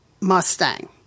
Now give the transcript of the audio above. Mustang